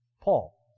Paul